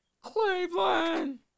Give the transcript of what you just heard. Cleveland